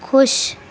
خوش